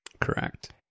Correct